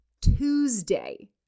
Tuesday